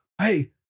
Hey